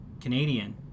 Canadian